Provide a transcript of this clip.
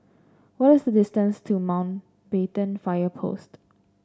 what is the distance to Mountbatten Fire Post